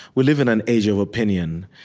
we live in an age of opinion,